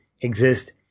exist